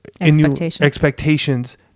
expectations